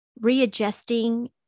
readjusting